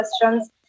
questions